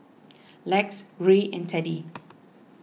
Lex Ray and Teddy